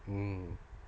mm